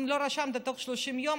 אם לא רשמת בתוך 30 יום,